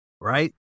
Right